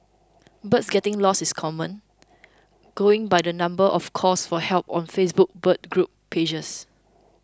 birds getting lost is common going by the number of calls for help on Facebook bird group pages